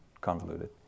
convoluted